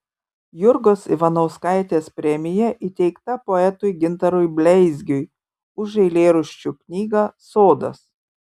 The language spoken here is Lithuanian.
jurgos ivanauskaitės premija įteikta poetui gintarui bleizgiui už eilėraščių knygą sodas